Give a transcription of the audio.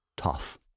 tough